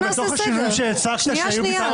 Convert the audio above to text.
שנייה.